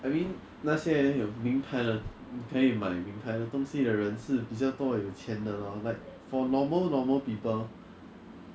drive one hour to go there then they 又要驾一个小时回来 like 不方便 lah that's why they just decide to have gyms in their house but like